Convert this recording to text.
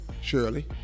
Shirley